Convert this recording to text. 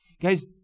Guys